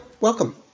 welcome